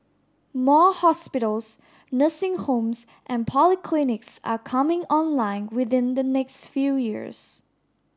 more hospitals nursing homes and polyclinics are coming online within the next few years